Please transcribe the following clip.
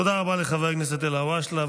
תודה רבה לחבר הכנסת אלהואשלה.